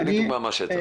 תן לי דוגמה מהשטח.